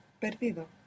perdido